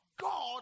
God